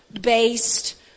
based